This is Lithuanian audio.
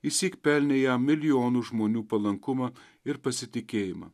išsyk pelnė jam milijonų žmonių palankumą ir pasitikėjimą